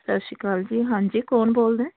ਸਤਿ ਸ਼੍ਰੀ ਅਕਾਲ ਜੀ ਹਾਂਜੀ ਕੌਣ ਬੋਲਦਾ